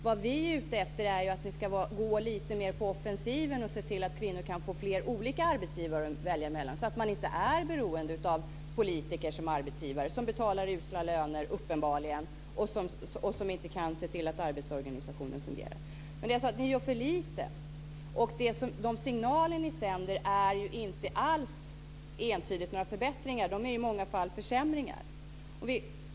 Vad vi är ute efter är att ni ska gå lite mer på offensiven och se till att kvinnor kan få fler olika arbetsgivare att välja mellan så att de inte är beroende av politiker som arbetsgivare. De betalar uppenbarligen usla löner och kan inte se till att arbetsorganisationen fungerar. Ni gör för lite. Det är inte alls entydigt några förbättringar utan det är i många fall försämringar. Det är de signaler ni sänder.